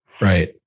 Right